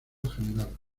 general